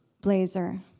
blazer